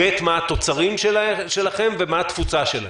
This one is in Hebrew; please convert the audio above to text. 2. מה התוצרים שלכם, ומה התפוצה שלהם?